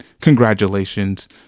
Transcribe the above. congratulations